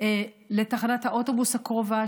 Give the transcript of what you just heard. לתחנת האוטובוס הקרובה,